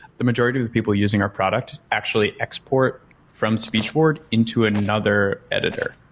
the majority of the people using our product actually export from speech word into another editor.